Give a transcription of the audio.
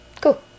cool